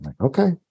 okay